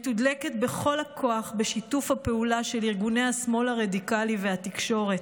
מתודלקת בכל הכוח בשיתוף הפעולה של ארגוני השמאל הרדיקלי והתקשורת.